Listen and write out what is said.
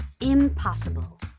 impossible